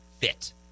fit